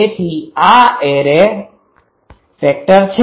તેથી આ array factor છે